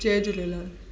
Jay Jhulelal